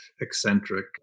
eccentric